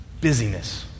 Busyness